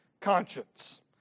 conscience